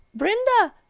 brenda,